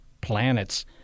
Planets